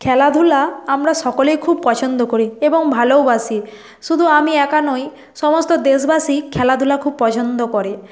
খেলাধুলা আমরা সকলেই খুব পছন্দ করি এবং ভালোওবাসি শুধু আমি একা নই সমস্ত দেশবাসী খেলাধুলা খুব পছন্দ করে